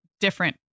different